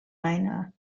minor